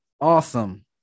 awesome